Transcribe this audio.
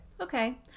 Okay